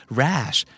rash